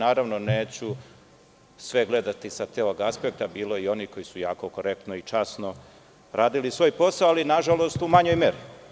Naravno, neću sve gledati sa celog aspekta, bilo je i onih koji su jako korektno i časno radili svoj posao, ali nažalost u manjoj meri.